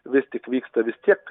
vis tik vyksta vis tiek